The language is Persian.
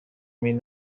این